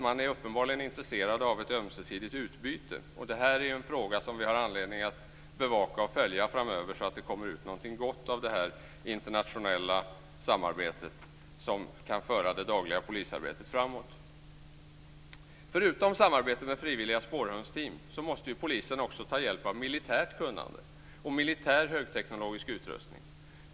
Man är uppenbarligen intresserad av ett ömsesidigt utbyte, och det här är en fråga som vi har anledning att bevaka och följa framöver så att det kommer ut något gott av det här internationella samarbetet, något som kan föra det dagliga polisarbetet framåt. Förutom samarbete med frivilliga spårhundsteam måste ju polisen också ta hjälp av militärt kunnande och militär högteknologisk utrustning.